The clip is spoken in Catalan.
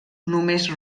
només